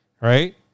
right